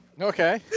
Okay